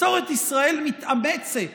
מסורת ישראל מתאמצת